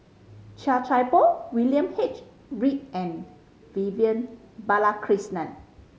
Chia Thye Poh William H Read and Vivian Balakrishnan